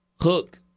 hook